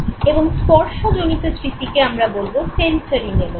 এবং স্পর্শ জনিত স্মৃতিকে আমরা বলবো সেন্সোরি মেমোরি